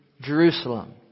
Jerusalem